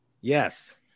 Yes